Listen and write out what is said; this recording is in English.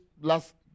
last